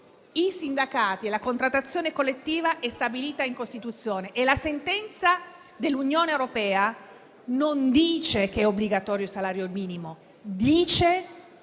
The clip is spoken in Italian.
sindacati e la contrattazione collettiva sono stabiliti in Costituzione e la sentenza dell'Unione europea non dice che è obbligatorio il salario minimo, ma dice che, dove